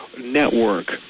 network